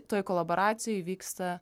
toj kolaboracijoj vyksta